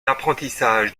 apprentissage